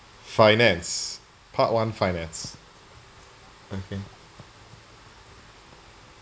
finance part one finance okay